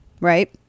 right